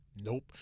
nope